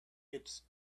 it’s